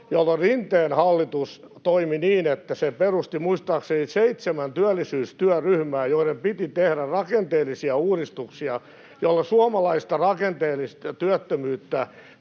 jolloin Rinteen hallitus toimi niin, että se perusti muistaakseni seitsemän työllisyystyöryhmää, joiden piti tehdä rakenteellisia uudistuksia, joilla suomalaista rakenteellista työttömyyttä